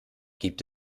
gibt